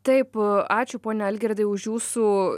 taip a ačiū pone algirdai už jūsų